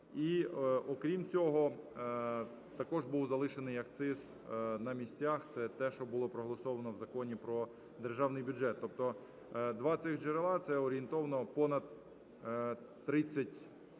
І окрім цього, також був залишений акциз на місцях – це те, що було проголосовано в Законі про державний бюджет. Тобто два цих джерела – це орієнтовно понад 30 з